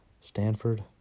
Stanford